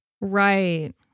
Right